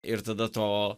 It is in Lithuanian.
ir tada to